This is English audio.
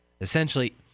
Essentially